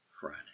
Friday